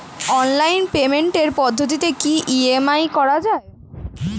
Online পেমেন্টের পদ্ধতিতে কি ই.এম.আই করা যায়?